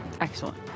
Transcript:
Excellent